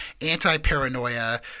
anti-paranoia